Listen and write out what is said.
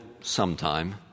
sometime